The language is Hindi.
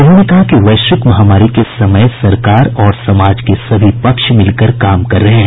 उन्होंने कहा कि वैश्विक महामारी के समय सरकार और समाज के सभी पक्ष मिलकर काम कर रहे हैं